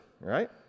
right